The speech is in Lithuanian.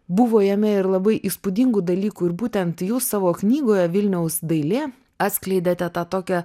buvo jame ir labai įspūdingų dalykų ir būtent jūs savo knygoje vilniaus dailė atskleidėte tą tokią